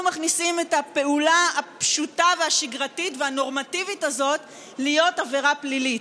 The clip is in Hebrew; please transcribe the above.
מכניסים את הפעולה הפשוטה והשגרתית והנורמטיבית הזאת להיות עבירה פלילית.